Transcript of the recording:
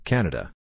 Canada